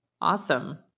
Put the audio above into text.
Awesome